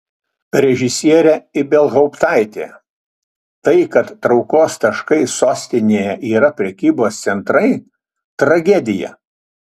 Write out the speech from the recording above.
režisierė ibelhauptaitė tai kad traukos taškai sostinėje yra prekybos centrai tragedija